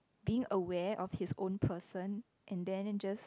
being aware of his own person and then just